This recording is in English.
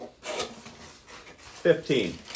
Fifteen